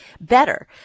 better